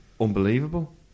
unbelievable